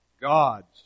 God's